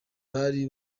bari